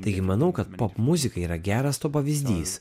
taigi manau kad popmuzika yra geras to pavyzdys